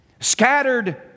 Scattered